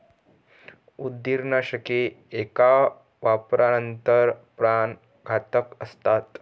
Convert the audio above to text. उंदीरनाशके एका वापरानंतर प्राणघातक असतात